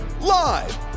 live